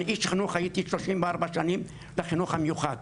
אני איש חינוך 34 שנים בחינוך המיוחד.